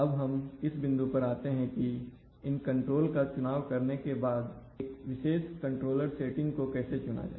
अब हम इस बिंदु पर आते हैं की इन कंट्रोल का चुनाव करने के बाद एक विशेष कंट्रोलर सेटिंग को कैसे चुना जाए